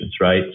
right